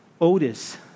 Otis